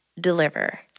deliver